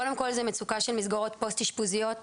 קודם כל מצוקה של מסגרות פוסט אישפוזיות,